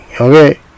Okay